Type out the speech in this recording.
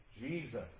Jesus